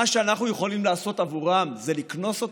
מה שאנחנו יכולים לעשות עבורם זה לקנוס אותם?